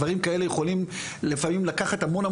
דברים כאלה יכולים לפעמים לקחת המון,